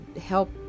help